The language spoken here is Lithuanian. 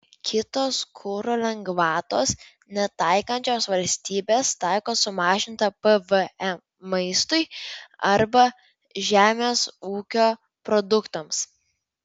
kitos kuro lengvatos netaikančios valstybės taiko sumažintą pvm maistui arba žemės ūkio produktams